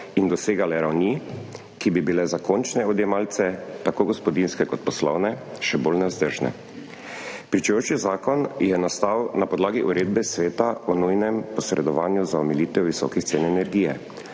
in dosegale ravni, ki bi bile za končne odjemalce, tako gospodinjske kot poslovne, še bolj nevzdržne. Pričujoči zakon je nastal na podlagi uredbe sveta o nujnem posredovanju za omilitev visokih cen energije,